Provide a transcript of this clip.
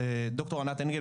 ד"ר ענת אנגל,